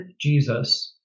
Jesus